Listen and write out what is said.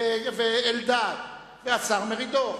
ואלדד, והשר מרידור.